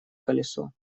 колесо